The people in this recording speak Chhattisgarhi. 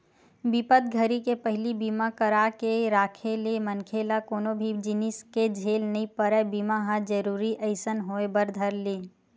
बिपत घरी के पहिली बीमा करा के राखे ले मनखे ल कोनो भी जिनिस के झेल नइ परय बीमा ह जरुरी असन होय बर धर ले